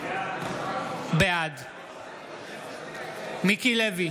בעד מיקי לוי,